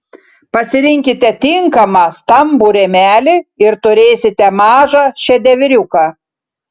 pasirinkite tinkamą stambų rėmelį ir turėsite mažą šedevriuką